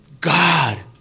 God